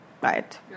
right